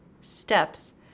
steps